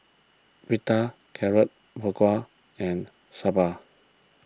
Pita Carrot Halwa and Sambar